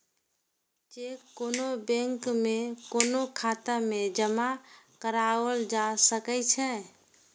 cheque कोनो bank में कोनो खाता मे जमा कराओल जा सकै छै